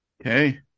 Okay